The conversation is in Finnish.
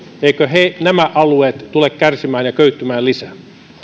eivätkö nämä alueet tule kärsimään ja köyhtymään lisää